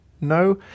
No